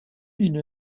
une